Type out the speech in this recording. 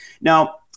Now